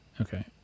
okay